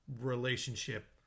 relationship